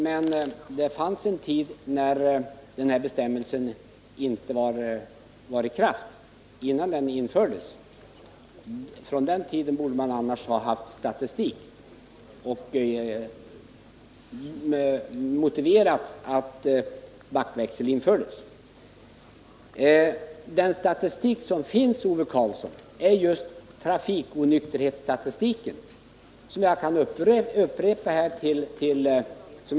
Men det fanns en tid innan denna bestämmelse infördes, och från den tiden borde man ha haft en statistik som motiverade att backväxeln infördes. Den statistik som finns, Ove Karlsson, är trafikonykterhetsstatistiken, som jag kan upprepa.